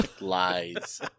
Lies